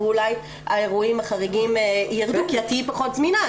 ואולי האירועים החריגים יירדו כי תהיי פחות זמינה.